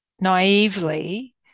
naively